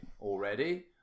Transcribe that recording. already